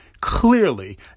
Clearly